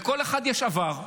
לכל אחד יש עבר,